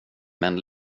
men